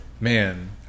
Man